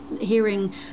hearing